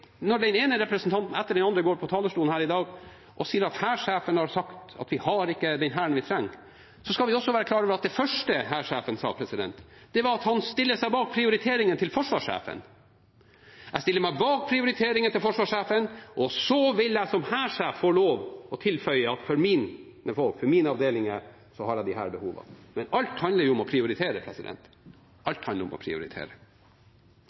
den ene representanten etter den andre går på talerstolen her i dag og sier at hærsjefen har sagt at vi ikke har den hæren vi trenger, skal vi også være klar over at det første hærsjefen sa, var at han stilte seg bak prioriteringene til forsvarssjefen: Jeg stiller meg bak prioriteringene til forsvarssjefen, og så vil jeg som hærsjef få lov til å tilføye at for mine folk, for mine avdelinger, har jeg disse behovene. Men alt handler om å prioritere – alt handler om å prioritere.